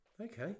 Okay